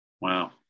Wow